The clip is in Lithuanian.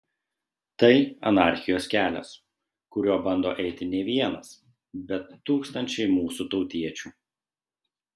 tai anarchijos kelias kuriuo bando eiti ne vienas bet tūkstančiai mūsų tautiečių